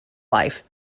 life